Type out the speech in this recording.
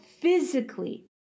physically